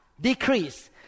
decrease